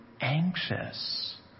anxious